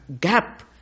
gap